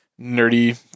nerdy